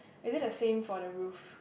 is it the same for the roof